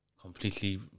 completely